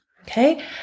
Okay